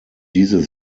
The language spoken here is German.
diese